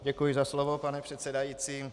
Děkuji za slovo, pane předsedající.